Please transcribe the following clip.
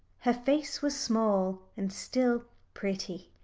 her face was small and still pretty,